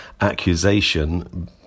accusation